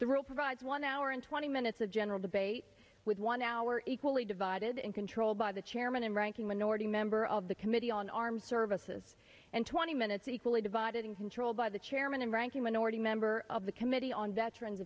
world provides one hour and twenty minutes of general debate with one hour equally divided and controlled by the chairman and ranking minority member of the committee on armed services and twenty minutes equally divided and controlled by the chairman and ranking minority member of the committee on veteran